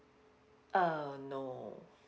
uh no